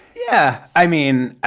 yeah. i mean,